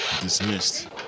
dismissed